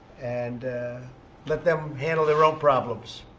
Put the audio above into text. and let them handle their own problems.